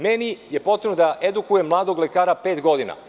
Meni je potrebno da edukujem mladog lekara pet godina.